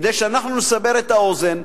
כדי שאנחנו נסבר את האוזן,